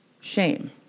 Shame